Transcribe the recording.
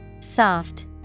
Soft